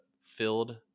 filled